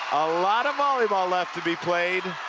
a lot of volleyball left to be played,